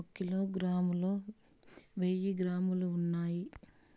ఒక కిలోగ్రామ్ లో వెయ్యి గ్రాములు ఉన్నాయి